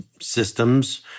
systems